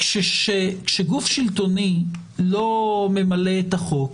כשגוף שלטוני לא ממלא את החוק,